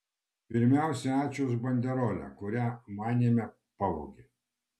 pirmiausia ačiū už banderolę kurią manėme pavogė